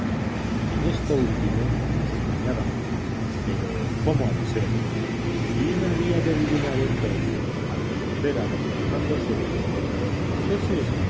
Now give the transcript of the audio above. en esto último nos engañábamos pero cómo ha de ser quién había de adivinar entonces al defender a don fernando vii contra los franceses